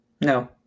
No